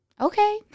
okay